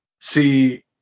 See